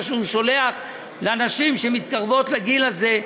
שהוא שולח לנשים שמתקרבות לגיל הזה,